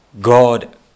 God